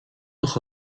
nog